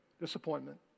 disappointment